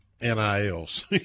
nils